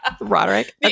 Roderick